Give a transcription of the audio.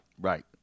Right